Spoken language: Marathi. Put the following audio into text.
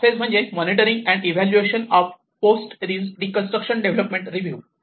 लास्ट फेज म्हणजे monitoring and evaluation of post reconstruction development review